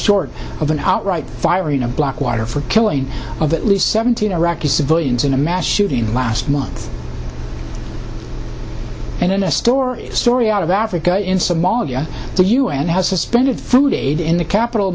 short of an outright firing of blackwater for killing of at least seventeen iraqi civilians in a mass shooting last month and in a story story out of africa in somalia the un has suspended food aid in the capital